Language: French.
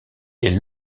est